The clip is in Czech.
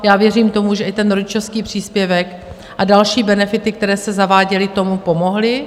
Já věřím tomu, že i ten rodičovský příspěvek a další benefity, které se zaváděly, tomu pomohly.